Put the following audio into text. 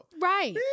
Right